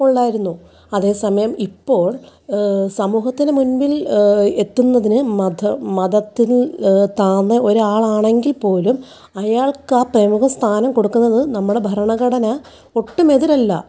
ഉണ്ടാകുന്നു അതേ സമയം ഇപ്പോള് സമൂഹത്തിന്റെ മുമ്പില് എത്തുന്നതിന് മത മതത്തിന് താന്ന ഒരാളാണെങ്കിൽ പോലും അയാള്ക്ക് ആ പ്രമുഖ സ്ഥാനം കൊടുക്കുന്നത് നമ്മുടെ ഭരണഘടന ഒട്ടും എതിരല്ല